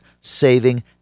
Saving